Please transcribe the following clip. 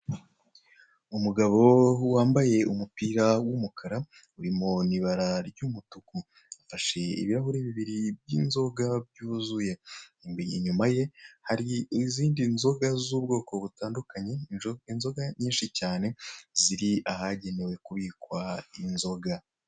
Umugabo wambaye umupira w'umukara, urimo n'ibara ry'umutuku. Afashe ibirahure bibiri, by'inzoga, byuzuye. Inyuma ye hari izindi nzoga z'ubwoko butandukanye, inzoga nyinshi cyane, ziri ahagenewe kubikwa inzoga.